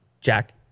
Jack